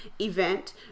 event